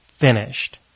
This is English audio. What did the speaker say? finished